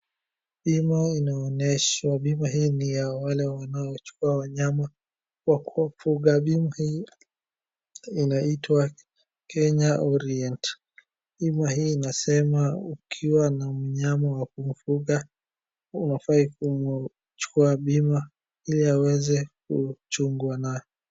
Bima inaoneshwa bima hii ni ya wale wanaochukua wanyama wa kumfuga bima hii inaitwa Kenya Orient bima hii inasema ukiwa na mnyama wa kumfuga unafai kuchukua bima ili aweze kuchungwa nayo